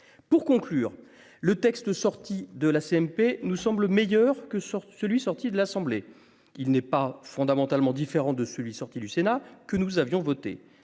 pour conclure le texte sorti de la CMP nous semblent meilleures que sortent celui sorti de l'Assemblée. Il n'est pas fondamentalement différent de celui sorti du Sénat que nous avions voté